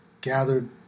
gathered